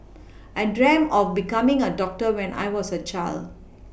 I dreamt of becoming a doctor when I was a child